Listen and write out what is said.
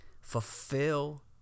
fulfill